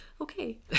okay